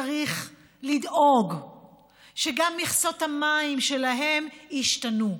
צריך לדאוג שגם מכסות המים שלהם ישתנו.